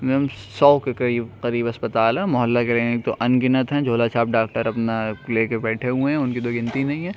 سو کے قریب قریب اسپتال ہیں محلہ کلینک تو ان گنت ہیں جھولا چھاپ ڈاکٹر اپنا لے کے بیٹھے ہوئے ان کی تو گنتی نہیں ہے